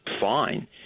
fine